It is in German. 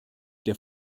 der